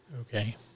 Okay